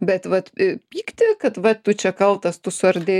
bet vat pykti kad va tu čia kaltas tu suardei